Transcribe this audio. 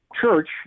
church